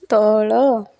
ତଳ